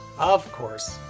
of course.